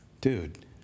Dude